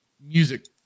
music